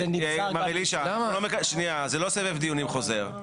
מר אלישע, זה לא סבב דיונים חוזר.